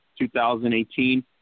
2018